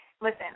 listen